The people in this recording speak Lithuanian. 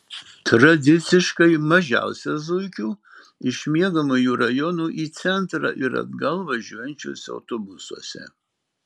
tradiciškai mažiausia zuikių iš miegamųjų rajonų į centrą ir atgal važiuojančiuose autobusuose